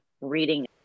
reading